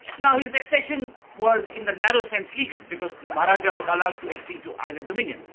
now his accession was in the narrow sense, legal because the maharajah was allowed to accede to either dominion.